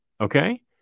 Okay